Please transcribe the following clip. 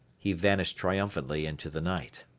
he vanished triumphantly into the night.